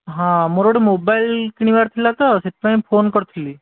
ହଁ ମୋର ଗୋଟେ ମୋବାଇଲ୍ କିଣିବାର ଥିଲା ତ ସେଥିପାଇଁ ଫୋନ୍ କରିଥିଲି